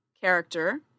character